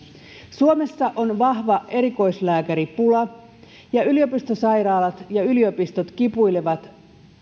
suomessa on vahva erikoislääkäripula ja yliopistosairaalat ja yliopistot kipuilevat